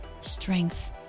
strength